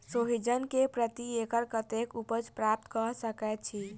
सोहिजन केँ प्रति एकड़ कतेक उपज प्राप्त कऽ सकै छी?